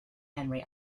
henry